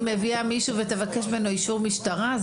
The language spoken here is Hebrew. היא מביאה מישהו ותבקש ממנו אישור משטרה?